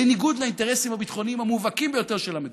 בניגוד לאינטרסים הביטחוניים המובהקים ביותר של המדינה,